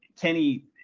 Kenny